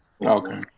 Okay